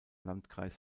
landkreis